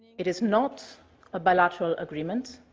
it is not a bilateral agreement.